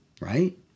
right